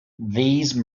these